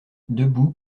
debout